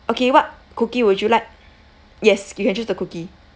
okay what cookie would you like yes you can choose the cookie